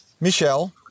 Michel